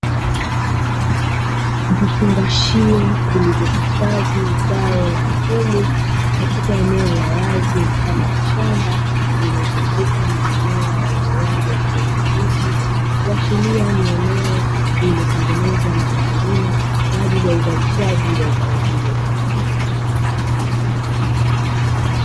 Vifungashio vilivyohifadhi zao la mihogo, katika eneo la wazi mfano wa shamba, lililozungukwa na mimea yenye rangi ya kijani kibichi, kuashiria ni eneo lililotengenezwa na wakulima kwa ajili ya uzalishaji wa zao hilo.